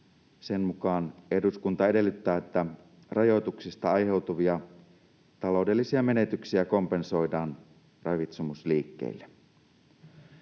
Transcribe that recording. Sen mukaan ”eduskunta edellyttää, että rajoituksista aiheutuvia taloudellisia menetyksiä kompensoidaan ravitsemusliikkeille”.